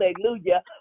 hallelujah